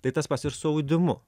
tai tas pats ir su audimu